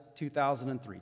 2003